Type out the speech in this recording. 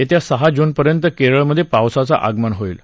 येत्या सहा जूनपर्यंत केरळमध्ये पावसाचं आगमन होईल